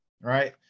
right